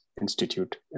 Institute